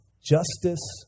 justice